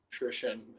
nutrition